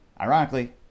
ironically